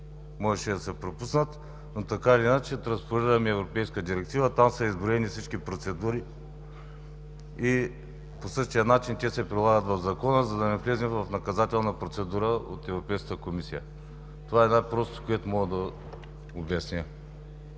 можеха да се пропуснат. Така или иначе транспонираме европейска директива. Там са изброени всички процедури и по същия начин те се прилагат в Закона, за да не влезем в наказателна процедура от Европейската комисия. Това е най-простото, което мога да обясня.